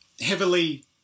heavily